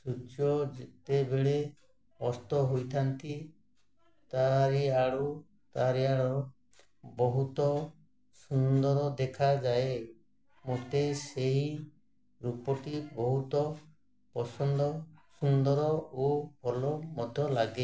ସୂର୍ଯ୍ୟ ଯେତେବେଳେ ଅସ୍ତ ହୋଇଥାନ୍ତି ଚାରିଆଡ଼ୁ ଚାରିଆଡ଼ ବହୁତ ସୁନ୍ଦର ଦେଖାଯାଏ ମୋତେ ସେହି ରୂପଟି ବହୁତ ପସନ୍ଦ ସୁନ୍ଦର ଓ ଭଲ ମଧ୍ୟ ଲାଗେ